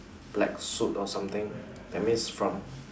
black suit or something that means from